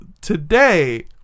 today